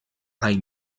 hay